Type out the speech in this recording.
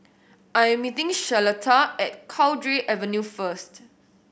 I am meeting Charlotta at Cowdray Avenue first